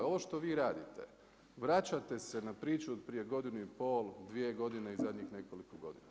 Ovo što vi radite vraćate se na priču od prije godinu i pol, dvije godine i zadnjih nekoliko godina.